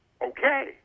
Okay